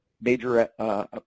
Major